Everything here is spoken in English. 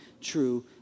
true